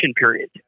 period